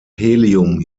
helium